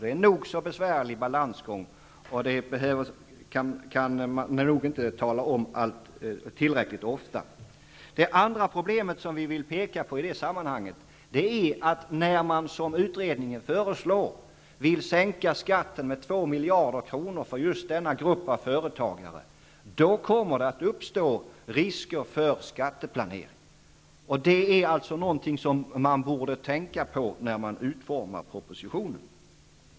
Det är en nog så besvärlig balansgång, och det kan man inte tala om tillräckligt ofta. När man för det andra, som utredningen föreslår, vill sänka skatten med 2 miljarder kronor för denna grupp av företagare, kommer det att uppstå risker för skatteplanering. Det är något som man borde tänka på när man utformar propositionen.